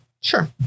Sure